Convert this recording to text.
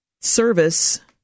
service